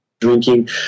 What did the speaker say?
drinking